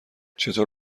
چطور